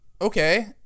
Okay